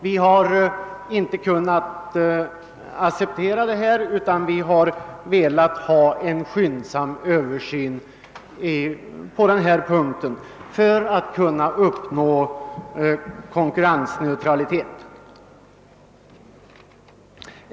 Vi har inte kunnat acceptera dessa förhållanden utan har velat få till stånd en skyndsam Ööversyn på denna punkt i syfte att uppnå konkurrensneutralitet.